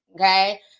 okay